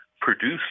produced